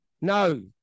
No